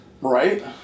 right